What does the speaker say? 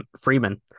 Freeman